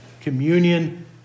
Communion